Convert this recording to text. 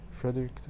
Frederick